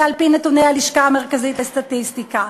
זה על-פי נתוני הלשכה המרכזית לסטטיסטיקה.